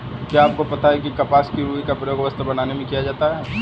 क्या आपको पता है कपास की रूई का प्रयोग वस्त्र बनाने में किया जाता है?